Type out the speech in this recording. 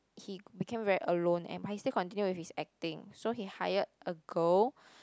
he became very alone and but he still continue with his acting so he hired a girl